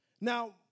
Now